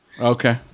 Okay